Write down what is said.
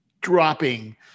dropping